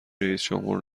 رییسجمهور